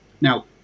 Now